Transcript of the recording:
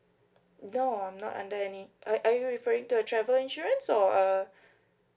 no I'm not under any uh are referring to a travel insurance or a